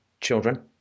children